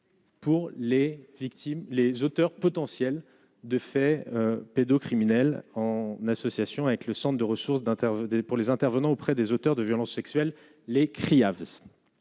les auteurs potentiels de faits pédocriminels en association avec le Centre de ressources d'intervenir pour les intervenant auprès des auteurs de violences sexuelles, les cris,